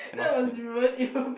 cannot sing